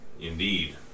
Indeed